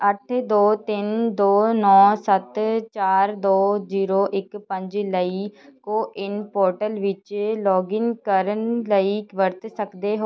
ਅੱਠ ਦੋ ਤਿੰਨ ਦੋ ਨੌ ਸੱਤ ਚਾਰ ਦੋ ਜ਼ੀਰੋ ਇੱਕ ਪੰਜ ਲਈ ਕੋ ਇੰਨ ਪੋਰਟਲ ਵਿੱਚ ਲੋਗਇੰਨ ਕਰਨ ਲਈ ਵਰਤ ਸਕਦੇ ਹੋ